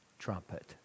Trumpet